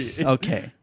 Okay